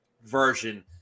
version